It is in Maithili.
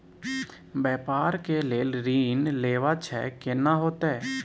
व्यापार के लेल ऋण लेबा छै केना होतै?